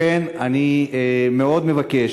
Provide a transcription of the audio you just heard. לכן אני מאוד מבקש,